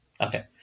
Okay